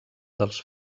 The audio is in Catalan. dels